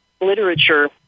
literature